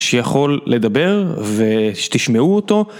שיכול לדבר ושתשמעו אותו.